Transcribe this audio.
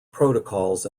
protocols